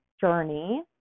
journey